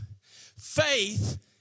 Faith